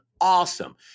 awesome